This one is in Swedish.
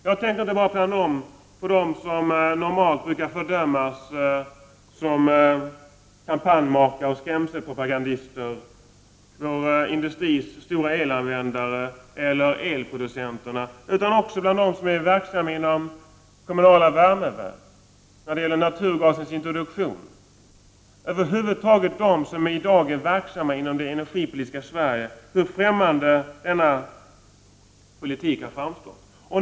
Jag tänker inte bara på dem som normalt brukar fördömas som kampanjmakare och skrämselpropagandister för industrins elanvändare eller elproducenterna utan också på dem som är verksamma vid kommunala värmeverk. Det gäller då naturgasens introduktion. Över huvud taget gäller det dem som i dag är verksamma inom det energipolitiska Sverige. För dessa har den förda politiken framstått som främmande.